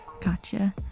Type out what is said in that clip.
Gotcha